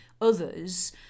others